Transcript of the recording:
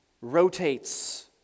rotates